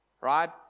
Right